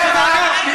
אלא מה?